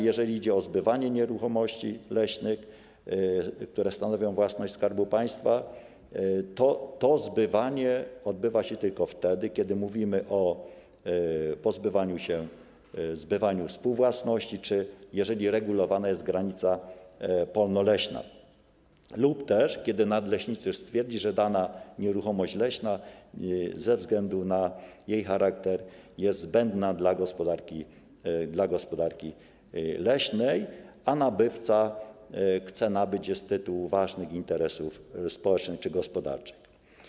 Jeżeli idzie o zbywanie nieruchomości leśnych, które stanowią własność Skarbu Państwa, to zbywanie odbywa się tylko wtedy, kiedy mówimy o pozbywaniu się, zbywaniu współwłasności czy jeżeli regulowana jest granica polno-leśna lub kiedy nadleśniczy stwierdzi, że dana nieruchomość leśna ze względu na jej charakter jest zbędna dla gospodarki leśnej, a nabywca chce ją pozyskać z tytułu ważnych interesów społecznych czy gospodarczych.